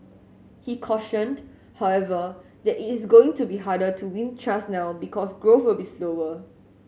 he cautioned however that it is going to be harder to win trust now because growth will be slower